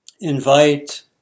invite